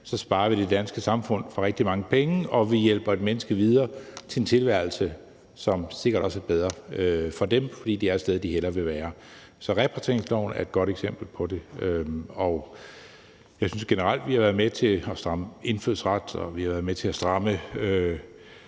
sparer vi det danske samfund for rigtig mange penge, og vi hjælper et menneske videre til en tilværelse, som sikkert også er bedre for dem, fordi de er et sted, de hellere vil være. Så repatrieringsloven er et godt eksempel på det. Og jeg synes generelt, at vi har været med til at stramme på indfødsretsområdet, og at vi har været med til at stramme